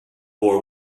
war